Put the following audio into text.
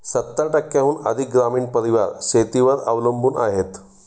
सत्तर टक्क्यांहून अधिक ग्रामीण परिवार शेतीवर अवलंबून आहेत